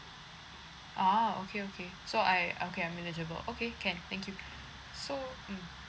a'ah okay okay so I okay I'm eligible okay can thank you so mm